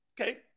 Okay